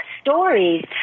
stories